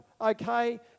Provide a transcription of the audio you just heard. okay